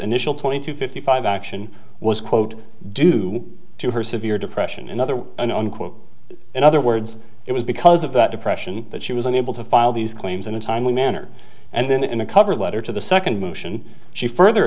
initial twenty two fifty five action was quote due to her severe depression in other unquote in other words it was because of that depression that she was only able to file these claims in a timely manner and then in a cover letter to the second motion she further